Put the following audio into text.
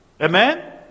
Amen